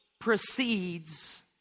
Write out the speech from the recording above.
precedes